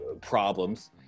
problems